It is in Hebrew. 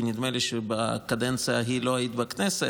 כי נדמה לי שבקדנציה ההיא לא היית בכנסת,